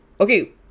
okay